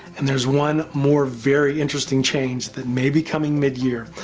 and there's one more very interesting change that may be coming mid year.